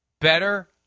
better